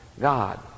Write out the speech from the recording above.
God